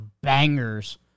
bangers